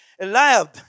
Eliab